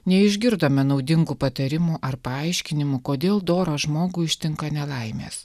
neišgirdome naudingų patarimų ar paaiškinimų kodėl dorą žmogų ištinka nelaimės